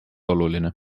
oluline